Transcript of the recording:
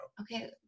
Okay